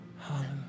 Hallelujah